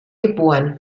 geboren